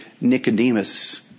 Nicodemus